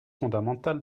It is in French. fondamentale